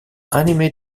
anime